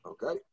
Okay